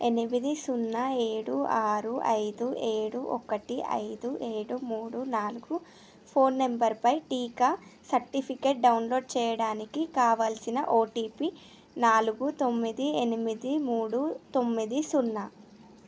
ఎనిమిది సున్నా ఏడు ఆరు ఐదు ఏడు ఒకటి ఐదు ఏడు మూడు నాలుగు ఫోన్ నంబర్పై టీకా సర్టిఫికేట్ డౌన్లోడ్ చెయ్యడానికి కావలసిన ఓటీపీ నాలుగు తొమ్మిది ఎనిమిది మూడు తొమ్మిది సున్నా